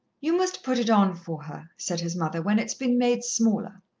you must put it on for her, said his mother, when it's been made smaller.